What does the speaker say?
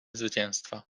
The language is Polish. zwycięstwa